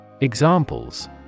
Examples